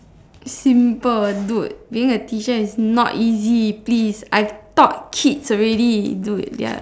simple dude being a teacher is not easy please I've taught kids already dude ya